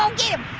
um get him!